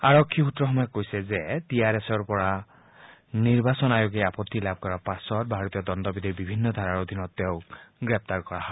আৰক্ষী সূত্ৰসমূহে কৈছে যে টি আৰ এছৰ পৰা নিৰ্বাচন আয়োগে আপত্তি লাভ কৰাৰ পাছত ভাৰতীয় দণ্ডবিধিৰ বিভিন্ন ধাৰাৰ অধীনত তেওঁক গ্ৰেপ্তাৰ কৰা হয়